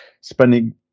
spending